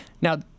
Now